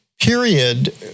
period